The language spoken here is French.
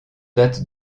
dates